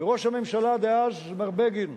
בראש הממשלה דאז מר בגין,